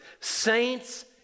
Saints